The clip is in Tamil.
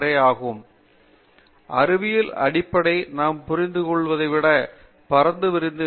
பேராசிரியர் பிரதாப் ஹரிடாஸ் சரி அறிவியல் அடிப்படை நாம் புரிந்து கொண்டத்தைவிட பரந்து விரிந்துள்ளது